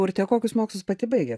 urte kokius mokslus pati baigėt